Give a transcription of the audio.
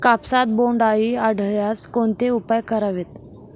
कापसात बोंडअळी आढळल्यास कोणते उपाय करावेत?